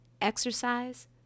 exercise